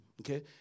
Okay